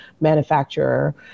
manufacturer